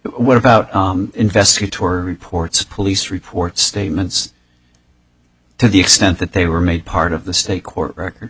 what about investigatory reports police report statements to the extent that they were made part of the state court record